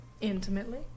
Intimately